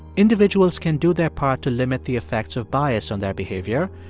individuals can do their part to limit the effects of bias on their behavior.